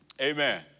Amen